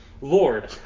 Lord